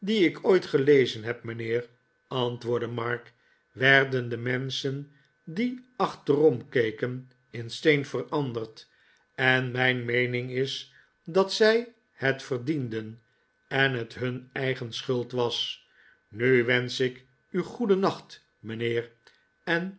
die ik ooit gelezen heb mijnheer antwoordde mark werden de menschen die achteromkeken in steen veranderd en mijn meening is dat zij het verdienden en het h un eigen schuld was nu wensch ik u goedennacht mijnheer en